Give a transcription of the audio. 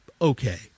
okay